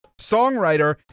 songwriter